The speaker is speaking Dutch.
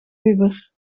uber